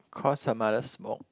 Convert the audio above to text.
cause her mother smoke